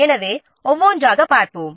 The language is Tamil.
அவற்றை ஒவ்வொன்றாக பார்ப்போம்